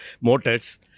motors